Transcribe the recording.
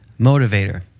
motivator